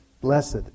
blessed